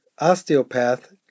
osteopath